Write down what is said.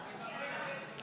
הינה זה שקרא לך "שטיחון".